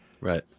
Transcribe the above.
Right